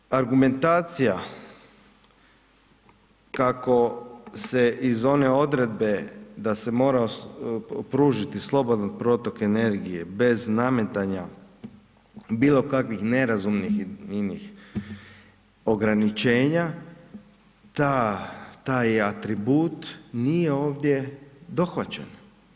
Prema tome, argumentacija kako se iz one odredbe da se mora pružiti slobodan protok energije bez nametanja bilo kakvih nerazumnih i inih ograničenja, taj atribut nije ovdje dohvaćen.